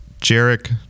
Jarek